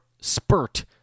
spurt